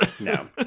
No